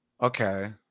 okay